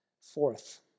Fourth